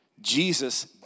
Jesus